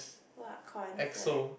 what concert